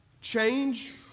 change